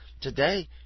Today